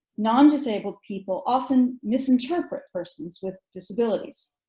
non-disabled people often misinterpret persons with disabilities.